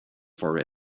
for